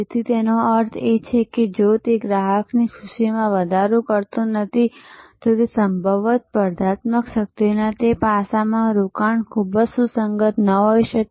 તેથી જેનો અર્થ એ છે કે જો તે ગ્રાહકની ખુશીમાં વધારો કરતું નથી તો સંભવતઃ સ્પર્ધાત્મક શક્તિના તે પાસામાં રોકાણ ખૂબ સુસંગત ન હોઈ શકે